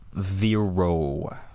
Zero